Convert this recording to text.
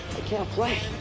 i can't play.